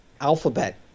Alphabet